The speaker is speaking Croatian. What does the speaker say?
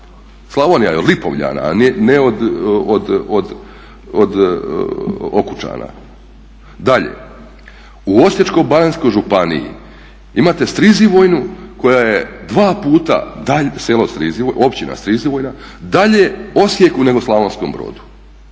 Slavonija je od Lipovljana, a ne od Okučana. Dalje, u Osječko-baranjskoj županiji imate Strizivojnu koja je dva puta, općina Strizivojna dalje Osijeku nego Slavonskom Brodu.